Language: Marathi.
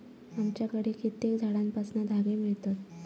आमच्याकडे कित्येक झाडांपासना धागे मिळतत